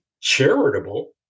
charitable